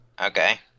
Okay